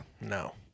No